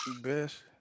best